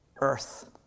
earth